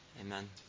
Amen